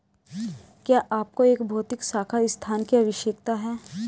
क्या आपको एक भौतिक शाखा स्थान की आवश्यकता है?